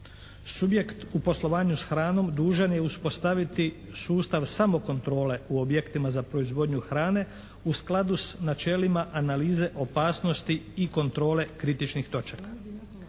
Subjekt u poslovanju s hranom dužan je uspostaviti sustav samokontrole u objektima za proizvodnju hrane u skladu sa načelima Analize opasnosti i kontrole kritičnih točaka.